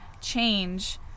change